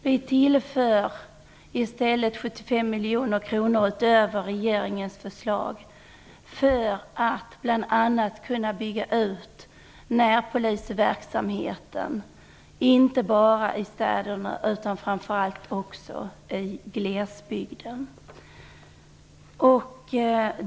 Vi vill i stället tillföra 75 miljoner kronor utöver regeringens förslag för att bl.a. kunna bygga ut närpolisverksamheten, inte bara i städerna utan framför allt också i glesbygden.